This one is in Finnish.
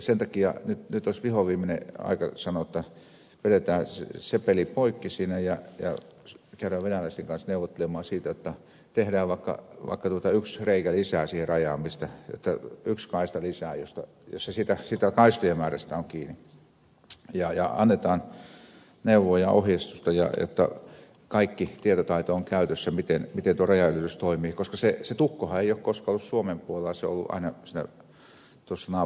sen takia nyt olisi vihonviimeinen aika sanoa jotta vedetään se peli poikki siinä ja käydään venäläisten kanssa neuvottelemaan siitä jotta tehdään vaikka yksi reikä lisää siihen rajaan yksi kaista lisää jos se siitä kaistojen määrästä on kiinni ja annetaan neuvoja ja ohjeistusta jotta kaikki tietotaito on käytössä miten tuo rajanylitys toimii koska se tukkohan ei ole koskaan ollut suomen puolella se on ollut aina tuossa naapurin puolella